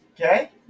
Okay